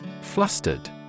Flustered